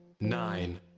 nine